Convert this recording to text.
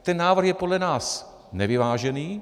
Ten návrh je podle nás nevyvážený.